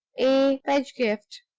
a. pedgift,